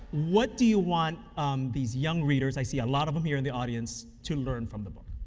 what do you want these young readers i see a lot of them here in the audience, to learn from the book?